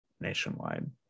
nationwide